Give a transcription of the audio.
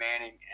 Manning